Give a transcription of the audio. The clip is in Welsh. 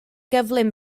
gyflym